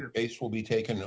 you ace will be taking